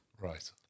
Right